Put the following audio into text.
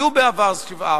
היו בעבר שבעה,